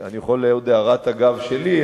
אני יכול להוסיף הערת אגב שלי,